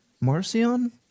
Marcion